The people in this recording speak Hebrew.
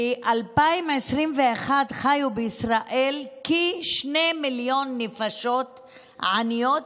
ב-2021 חיו בישראל כשני מיליון נפשות עניות,